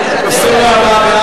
הכספים נתקבלה.